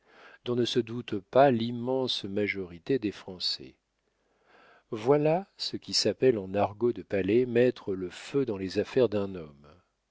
dont ne se doute pas l'immense majorité des français voilà ce qui s'appelle en argot de palais mettre le feu dans les affaires d'un homme